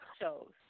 shows